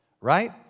right